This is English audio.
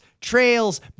trails